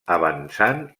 avançant